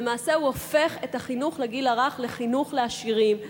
למעשה הוא הופך את החינוך לגיל הרך לחינוך לעשירים,